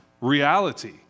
reality